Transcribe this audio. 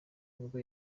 nibwo